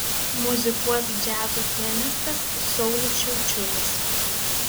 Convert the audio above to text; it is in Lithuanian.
muzikuos džiazo pianistas saulius šiaučiulis